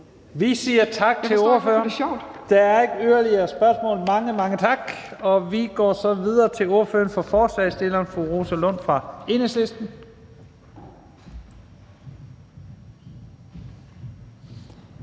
Vi siger tak til ordføreren. Der er ikke yderligere spørgsmål. Mange, mange tak, og vi går så videre til ordføreren for forslagsstillerne, fru Rosa Lund fra Enhedslisten.